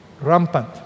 rampant